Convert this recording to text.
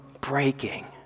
breaking